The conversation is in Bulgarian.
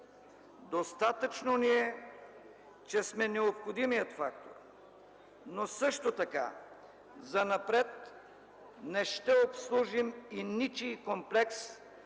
Достатъчно ни е, че сме необходимият фактор, но също така занапред не ще обслужим и ничий комплекс